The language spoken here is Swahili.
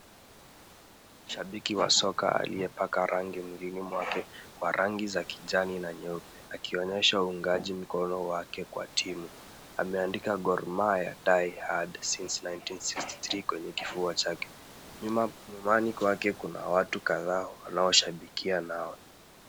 Shabiki wa soka aliyepaka rangi mwilini mwake, kwa rangi za kijani na nyeupe akionyesha uungaji mkono wake kwa timu. Ameandika Gor Mahia die hard since 1963 kwenye kifua chake. Nyumani kwake kuna watu kadhaa wanaoshabikia nao.